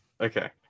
Okay